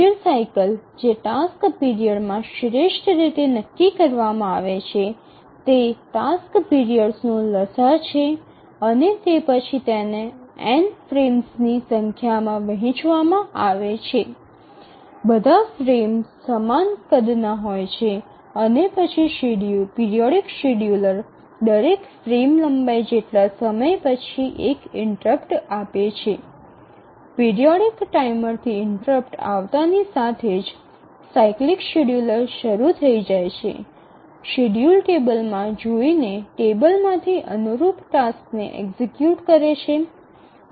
major cycle જે task periods માં શ્રેષ્ઠ રીતે નક્કી કરવામાં આવે છે તે ટાસ્ક પીરિયડસ્ નો લસાઅ છે અને તે પછી તેને n ફ્રેમ્સની સંખ્યામાં વહેચવામાં આવે છે બધા ફ્રેમ્સ સમાન કદના હોય છે અને પછી પિરિયોડિક શેડ્યુલર દરેક ફ્રેમ લંબાઈ જેટલા સમય પછી એક ઇન્ટરપ્ટ આપે છે પિરિયોડિક ટાઈમરથી ઇન્ટરપ્ટ આવતાની સાથે જ સાયક્લિક શેડ્યૂલર શરૂ થઈ જાય છે શેડ્યૂલ ટેબલમાં જોઈ ને ટેબલમાંથી અનુરૂપ ટાસ્કને એક્ઝિક્યુટ કરે છે